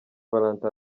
valentin